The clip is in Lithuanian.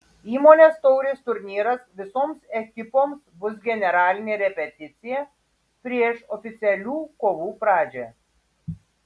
įmonės taurės turnyras visoms ekipoms bus generalinė repeticija prieš oficialių kovų pradžią